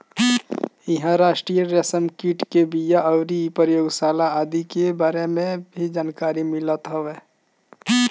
इहां राष्ट्रीय रेशम कीट के बिया अउरी प्रयोगशाला आदि के बारे में भी जानकारी मिलत ह